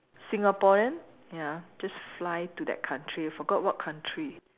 Singaporean ya just fly to that country forgot what country